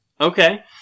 Okay